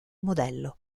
modello